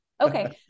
Okay